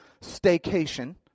staycation